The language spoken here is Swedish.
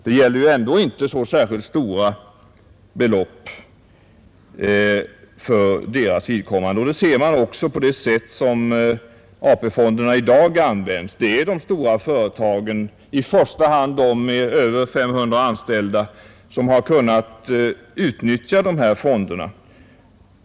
Det gäller ju ändå inte så särskilt stora belopp för deras vidkommande. Detta ser man också på dagens användning av AP-fonderna. Det är de stora företagen — i första hand de med över 500 anställda — som har kunnat utnyttja de här fonderna.